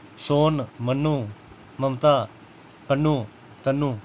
Sohan Mannu Mamata Kannu Tannu